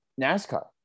NASCAR